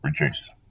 reduce